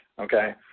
Okay